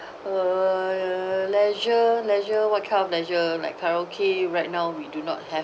uh leisure leisure what kind of leisure like karaoke right now we do not have